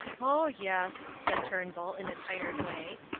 oh, yes, said turnbull in a tired way,